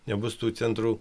nebus tų centrų